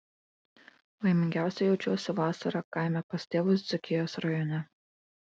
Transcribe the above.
laimingiausia jaučiuosi vasarą kaime pas tėvus dzūkijos rajone